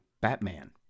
Batman